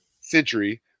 century